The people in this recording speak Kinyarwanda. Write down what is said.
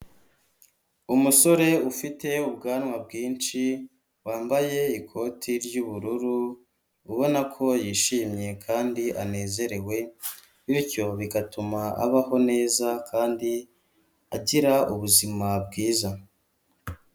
Umusore ufite ubwanwa bwinshi wambaye ikoti ry'ubururu, ubona ko yishimye kandi anezerewe bityo bigatuma abaho neza kandi agira ubuzima bwiza.